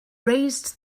raised